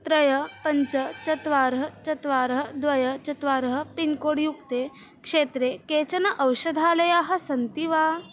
त्रयः पञ्च चत्वारः चत्वारः द्वे चत्वारः पिन्कोड् युक्ते क्षेत्रे केचन औषधालयाः सन्ति वा